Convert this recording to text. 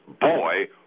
Boy